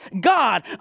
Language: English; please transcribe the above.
God